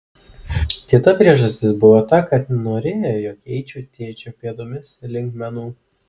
kita priežastis buvo ta kad norėjo jog eičiau tėčio pėdomis link menų